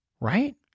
Right